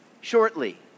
shortly